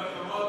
אוי, שלום.